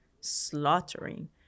slaughtering